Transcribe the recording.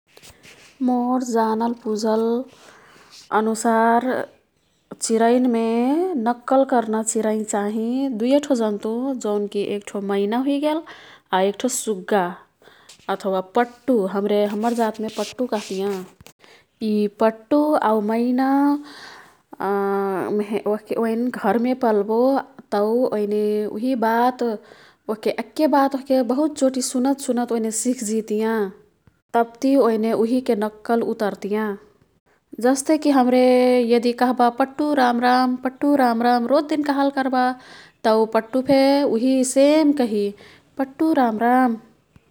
मोर जानल बुझल अनुसार चिरैनमे नक्कल कर्ना चिरै चाँहि दुईएठो जन्तु। जौन्की एक्ठो मैना हुइगेल आऊ एक्ठो सुग्गा अथवा पट्टु। हाम्रे, हम्मर जातमे पट्टु कह्तियाँ। यी पट्टु आऊ मैना ओईन घरमे पल्बो तौ ओएने उही बात ओह्के एक्के बात ओह्के बहुत चोटी सुनतसुनत ओइने सिखजित्याँ। तब्ति ओएने उहिके नक्कल उतर्तियाँ। जस्तेकी हाम्रे यदि कह्बा"पट्टु रामराम, पट्टु रामराम"रोजदिन कहल कर्बा तौ पट्टफे उही सेम कही,"पट्टु रामराम "।